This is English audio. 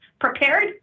prepared